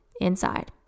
inside